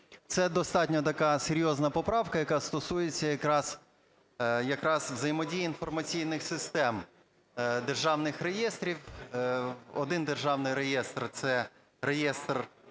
Це достатньо така серйозна поправка, яка стосується якраз взаємодії інформаційних систем державних реєстрів. Один державний реєстр – це реєстр